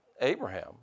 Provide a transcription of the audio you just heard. Abraham